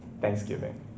Thanksgiving